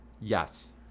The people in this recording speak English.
Yes